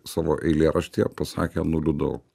savo eilėraštyje pasakė nuliūdau